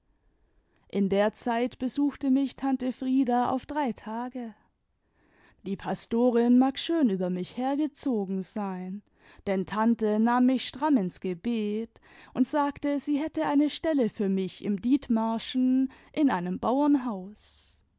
in der zeit besuchte mich tante frieda auf drei tage die pastorin mag schön über mich hergezogen sein denn tante nahm mich stramm ins gebet und sagte sie hätte eine stelle für mich im dithmarschen in einem bauernhaus